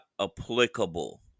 applicable